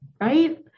right